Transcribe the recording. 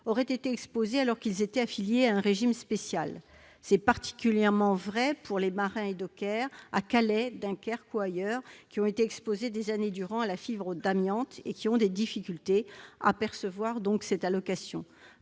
auraient été exposés alors qu'ils étaient affiliés à un régime spécial. C'est particulièrement vrai pour les marins et dockers à Calais, Dunkerque ou ailleurs, qui ont été exposés des années durant à la fibre d'amiante et qui ont des difficultés à percevoir cette allocation.